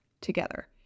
together